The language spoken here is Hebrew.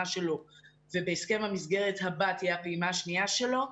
שלו ובהסכם בהסכם המסגרת הבא תהיה הפעימה השנייה שלו,